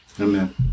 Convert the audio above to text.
Amen